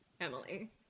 Emily